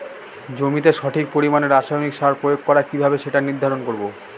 জমিতে সঠিক পরিমাণে রাসায়নিক সার প্রয়োগ করা কিভাবে সেটা নির্ধারণ করব?